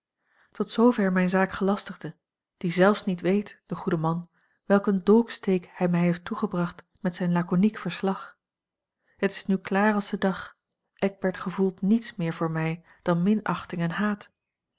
tot zoover mijn zaakgelastigde die zelfs niet weet de goede man welk een dolksteek hij mij heeft toegebracht met zijn laconiek verslag het is nu klaar als de dag eckbert gevoelt niets meer voor mij dan minachting en haat